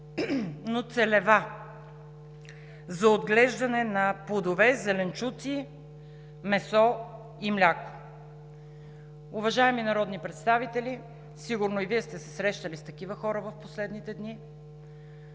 но целева – за отглеждане на плодове, зеленчуци, месо и мляко. Уважаеми народни представители, сигурно и Вие сте се срещали с такива хора в последните дни?